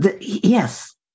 yes